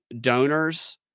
donors